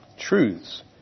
truths